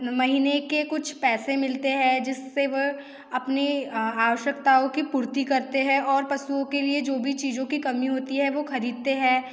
महीने के कुछ पैसे मिलते हैं जिससे वह अपनी आवश्यकताओं की पूर्ति करते हैं और पशुओं के लिए जो भी चीज़ों की कमी होती है वो ख़रीदते हैं